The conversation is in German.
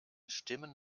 stimmen